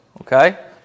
Okay